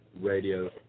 radio